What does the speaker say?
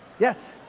yes?